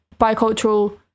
bicultural